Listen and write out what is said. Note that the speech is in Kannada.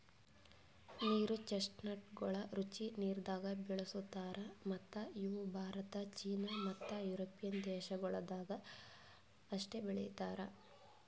ನೀರು ಚೆಸ್ಟ್ನಟಗೊಳ್ ರುಚಿ ನೀರದಾಗ್ ಬೆಳುಸ್ತಾರ್ ಮತ್ತ ಇವು ಭಾರತ, ಚೀನಾ ಮತ್ತ್ ಯುರೋಪಿಯನ್ ದೇಶಗೊಳ್ದಾಗ್ ಅಷ್ಟೆ ಬೆಳೀತಾರ್